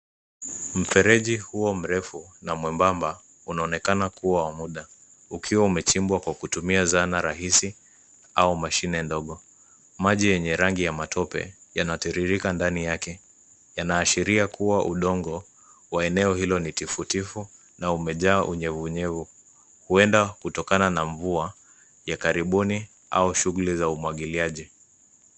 Mfereji huo mrefu na mwembamba unaonekana kuwa wa muda ukiwa umechimbwa kwa kutumia zana rahisi au mashine ndogo. Maji yenye rangi ya matope yanatiririka ndani yake. Yanaashiria kuwa udongo wa eneo hilo ni tifutifu na umejaa unyevunyevu huenda kutokana na mvua ya karibuni au shughuli za umwagiliaji.